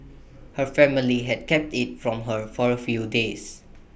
her family had kept IT from her for A few days